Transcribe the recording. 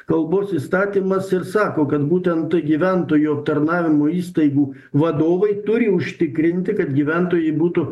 kalbos įstatymas ir sako kad būtent gyventojų aptarnavimo įstaigų vadovai turi užtikrinti kad gyventojai būtų